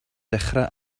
dechrau